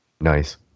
Nice